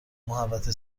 محوطه